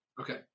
Okay